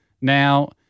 Now